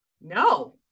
no